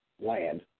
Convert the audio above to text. land